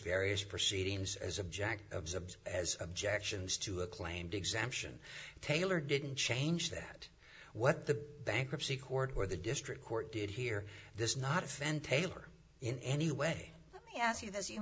various proceedings as object observed as objections to acclaimed exemption taylor didn't change that what the bankruptcy court or the district court did hear this not offend taylor in any way yes